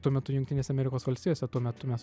tuo metu jungtinėse amerikos valstijose tuo metu mes